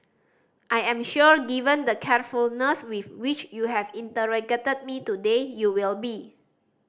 I am sure given the carefulness with which you have interrogated me today you will be